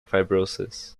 fibrosis